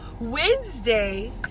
wednesday